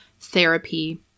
therapy